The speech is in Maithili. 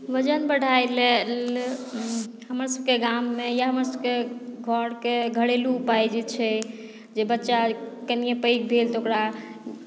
वजन बढ़ाए लए हमर सभके गाममे हमर सभकेँ घरेलू उपाय जे छै जे बच्चा कनिये पैघ भेल तऽ ओकरा